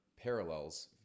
parallels